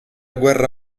guerra